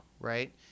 right